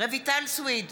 רויטל סויד,